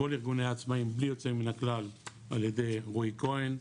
כל ארגוני העצמאיים בלי יוצא מן הכלל על ידי רועי כהן,